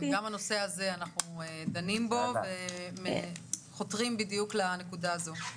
גם בנושא הזה אנחנו דנים וחותרים בדיוק לנקודה הזאת.